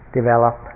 develop